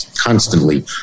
constantly